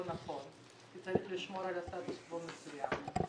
נכון כי צריך לשמור על סטטוס קוו מסוים.